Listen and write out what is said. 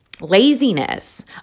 laziness